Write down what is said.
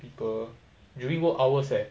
people during work hours leh